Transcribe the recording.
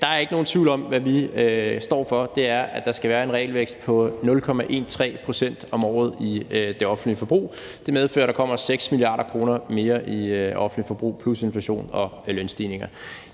Der er ikke nogen tvivl om, hvad vi står for, og det er, at der skal være en realvækst på 0,13 pct. om året i det offentlige forbrug. Det medfører, at der kommer 6 mia. kr. mere i offentligt forbrug plus inflation og lønstigninger.